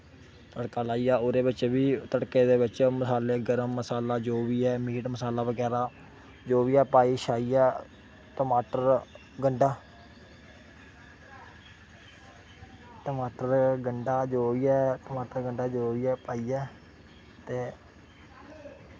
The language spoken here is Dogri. तड़का लाइयै तड़के दे बिच्च बी मसाले गर्म मसाले जो बी ऐ मीट मसाला बगैरा जो बी ऐ पाई शाइयै टमाटर गंडा टमाटर गंडा जो बी पाइयै ते